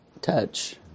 touch